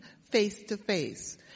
face-to-face